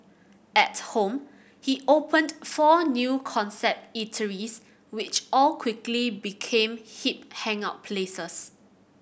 at home he opened four new concept eateries which all quickly became hip hangout places